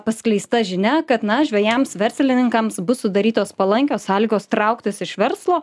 paskleista žinia kad na žvejams verslininkams bus sudarytos palankios sąlygos trauktis iš verslo